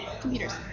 computers